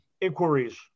inquiries